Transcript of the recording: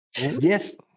Yes